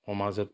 সমাজত